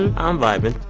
um vibing.